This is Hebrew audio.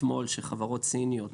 אתמול שחברות סיניות